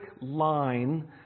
line